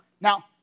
Now